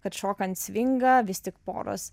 kad šokant svingą vis tik poros